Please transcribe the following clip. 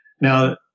now